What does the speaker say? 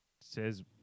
says